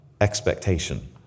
expectation